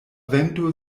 vento